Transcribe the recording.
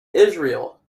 israel